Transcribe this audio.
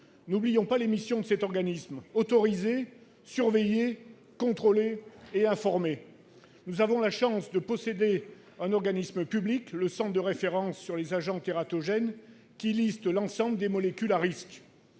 N'oublions pas les missions de cet organisme : autoriser, surveiller, contrôler et informer ! Nous avons la chance de posséder un organisme public, le Centre de référence sur les agents tératogènes, le CRAT, qui dresse la liste de l'ensemble des molécules à risques.